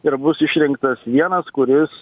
ir bus išrinktas vienas kuris